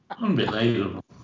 Unbelievable